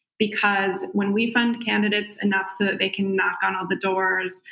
because when we fund candidates enough so that they can knock on all the doors,